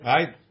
Right